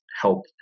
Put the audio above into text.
help